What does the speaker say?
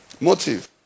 motive